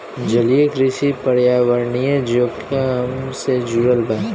जलीय कृषि पर्यावरणीय जोखिम से जुड़ल बा